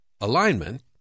alignment